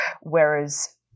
whereas